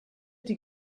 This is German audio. die